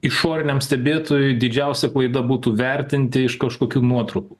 išoriniam stebėtojui didžiausia klaida būtų vertinti iš kažkokių nuotrupų